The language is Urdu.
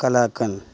کلاکند